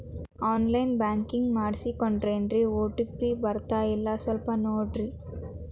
on line banking ಮಾಡಿಸ್ಕೊಂಡೇನ್ರಿ OTP ಬರ್ತಾಯಿಲ್ಲ ಸ್ವಲ್ಪ ನೋಡ್ರಿ